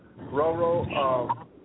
Roro